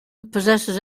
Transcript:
possesses